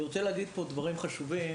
אני רוצה להגיד פה כמה דברים מאוד חשובים: